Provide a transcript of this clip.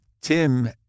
Tim